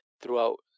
throughout